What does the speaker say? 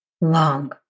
long